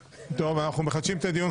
לכולם, אנחנו מחדשים את הדיון.